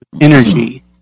Energy